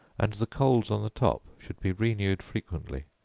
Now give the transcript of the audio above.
and the coals on the top should be renewed frequently,